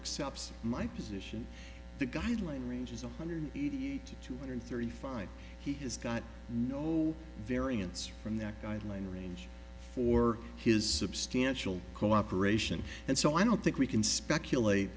accept my position the guideline range is one hundred eighty eight two hundred thirty five he has got no variance from that guideline range for his substantial cooperation and so i don't think we can speculate